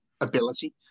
ability